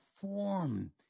form